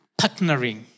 partnering